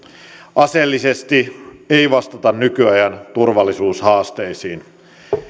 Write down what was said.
aseellisesti ei vastata nykyajan turvallisuushaasteisiin